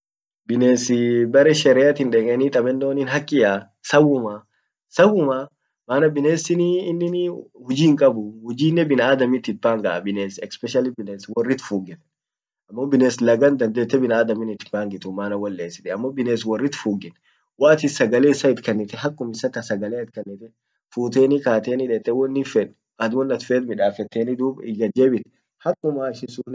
binee bare shereati dekkeni tabennoni haqqia ?sawumma sawumaa mare bines inin huji hinkabuu hujinen binaadamit itpangaa bines especially bines worrit fungen ammo bines laga dandete lagan dandete binaadamit ittin himpangituu maana wol lessiti ammo bines worrit fugen waatin sagale issa itkannite hakum issa ta sagalea itkannite futeni kateni dette won inin fed at won at fet midafetteni dub it kad jebit hakuma ishin sullen